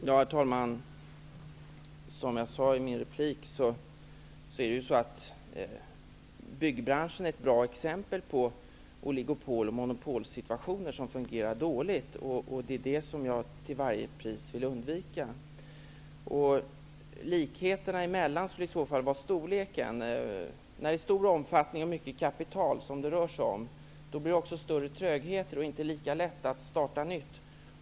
Herr talman! Som jag sade i min förra replik är byggbranschen ett bra exempel på oligopol och monopolsituationer som fungerar dåligt. Det är det som jag till varje pris vill att man skall undvika. Likheten mellan de båda branscherna är i så fall storleken. När det rör sig om stor omfattning och mycket kapital, blir det också större trögheter och inte lika lätt att starta nytt.